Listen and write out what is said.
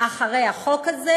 אחרי החוק הזה,